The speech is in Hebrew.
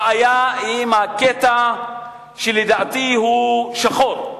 הבעיה עם הקטע שלדעתי הוא שחור,